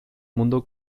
mundo